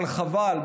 אבל חבל,